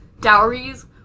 dowries